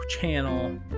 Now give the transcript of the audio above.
channel